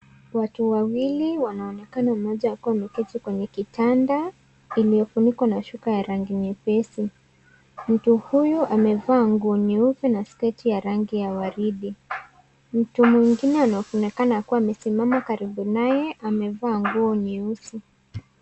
Watu wawili wanaonekana mmoja akiwa ameketi kwenye kitanda iliyofunukwa na shuka ya rangi nyepesi. Mtu huyu amevaa nguo nyeupe na sketi ya rangi ya waridi. Mtu mwingine anaonekana kua amesimama karibu naye amevaa nguo nyeusi.